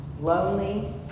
lonely